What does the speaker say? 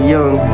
Young